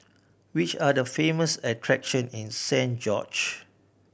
which are the famous attraction in Saint George